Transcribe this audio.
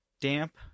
damp